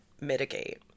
mitigate